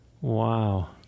Wow